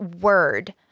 word